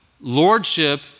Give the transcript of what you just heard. lordship